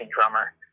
drummer